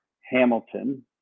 Hamilton